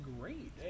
great